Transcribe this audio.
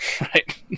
right